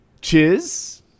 Chiz